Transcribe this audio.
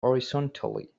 horizontally